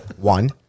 One